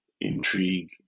intrigue